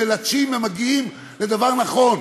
מלטשים ומגיעים לדבר נכון,